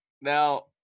Now